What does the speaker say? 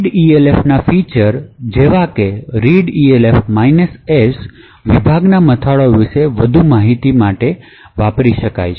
Readelf ના feature જેવા કે readelf S વિભાગના મથાળાઓ વિશે વધુ માહિતી મેળવવા માટે વાપરી શકાય છે